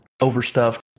overstuffed